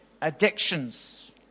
addictions